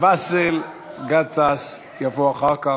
באסל גטאס יבוא אחר כך.